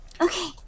Okay